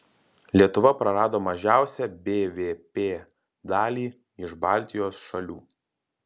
lietuva prarado mažiausią bvp dalį iš baltijos šalių